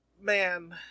Man